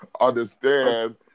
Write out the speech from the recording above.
understand